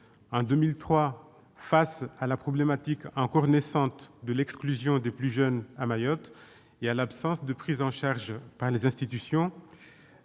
En 2003, face à la problématique encore naissante de l'exclusion des plus jeunes à Mayotte et à l'absence de prise en charge par les institutions,